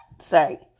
Sorry